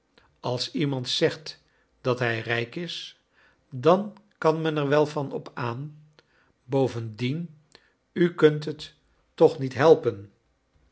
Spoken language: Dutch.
als iemand zogt dat hij rijk is dan kan men er wel van op aan bovendien u kunt t toon niet helpen